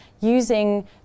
using